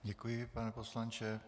Děkuji, pane poslanče.